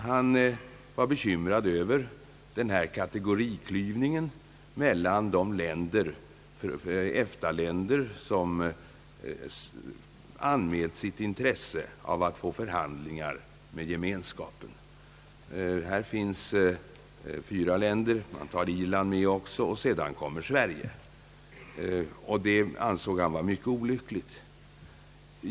Han var bekymrad över kategoriklyvningen mellan de EFTA-länder som anmält intresse av att få förhandlingar med Gemenskapen. Det är fråga om fyra länder. Man tar med Irland också, och sedan kommer Sverige. Han ansåg att detta var mycket olyckligt.